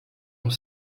ont